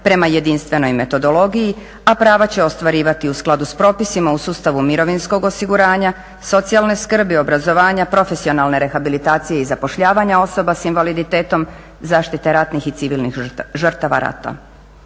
prema jedinstvenoj metodologiji, a prava će ostvarivati u skladu s propisima u sustavu mirovinskog osiguranja, socijalne skrbi, obrazovanja, profesionalne rehabilitacije i zapošljavanja osoba s invaliditetom, zaštite ratnih i civilnih žrtava rata.